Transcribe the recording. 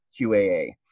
QAA